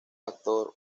actor